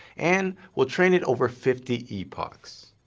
and we'll train it over fifty epochs.